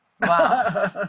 Wow